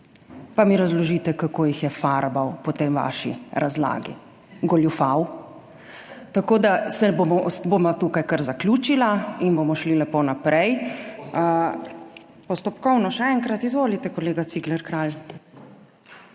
Pa mi razložite, kako jih je farbal po tej vaši razlagi. Goljufal? Tako da bova tukaj kar zaključila in bomo šli lepo naprej. / oglašanje iz dvorane/ Postopkovno, še enkrat. Izvolite, kolega Cigler Kralj.